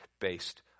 based